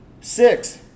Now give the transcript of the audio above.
six